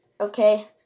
Okay